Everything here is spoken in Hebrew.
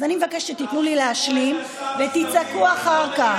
אז אני מבקשת שתיתנו לי להשלים ותצעקו אחר כך.